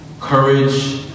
courage